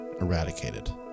eradicated